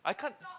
I can't